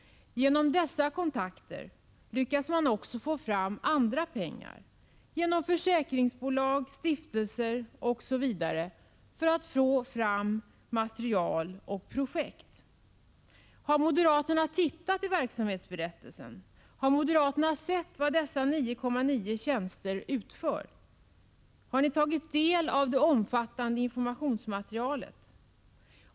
Genom dessa kontakter lyckas man också få fram andra pengar från försäkringsbolag, stiftelser, osv. för att få fram material och projekt. Har moderaterna studerat verksamhetsberättelsen? Har moderaterna sett vad innehavare av dessa 9,9 tjänster utför? Har ni tagit del av det omfattande informationsmaterialet?